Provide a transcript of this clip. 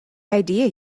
idea